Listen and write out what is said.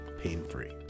pain-free